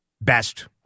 best